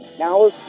Now